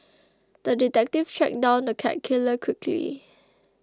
the detective tracked down the cat killer quickly